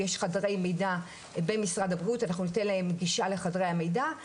יש חדרי מידע במשרד הבריאות ואנחנו ניתן להם גישה לחדרי המידע,